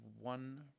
one